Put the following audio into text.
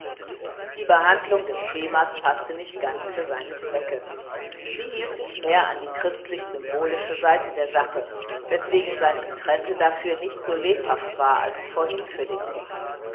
die behandlung des themas paßte nicht ganz für seine zwecke sie hielt sich mehr an die christlich symbolische seite der sache weswegen sein interesse dafür nicht so lebhaft war als vorhin für den text